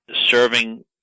serving